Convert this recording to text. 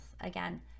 again